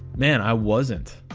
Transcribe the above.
man. i wasn't